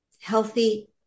healthy